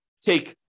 Take